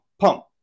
pump